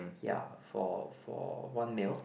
ya for for one meal